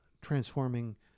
transforming